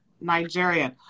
nigerian